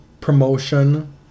promotion